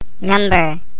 Number